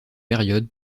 période